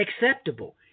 acceptable